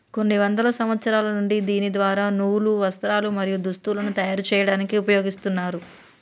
కొన్ని వందల సంవత్సరాల నుండి దీని ద్వార నూలు, వస్త్రాలు, మరియు దుస్తులను తయరు చేయాడానికి ఉపయోగిస్తున్నారు